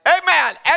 Amen